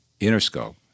Interscope